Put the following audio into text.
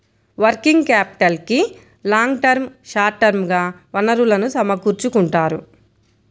working క్యాపిటల్కి long term, short term గా వనరులను సమకూర్చుకుంటారు